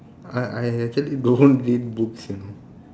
I I actually don't read books you know